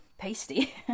pasty